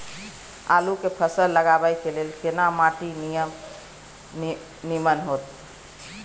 आलू के फसल लगाबय के लेल केना माटी नीमन होयत?